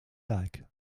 like